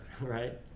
right